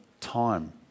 time